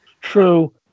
True